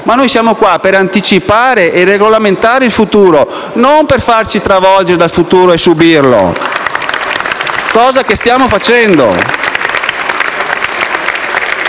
ma noi siamo qui per anticipare e regolamentare il futuro, non per farci travolgere dal futuro e subirlo! *(Applausi dal